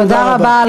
תודה רבה.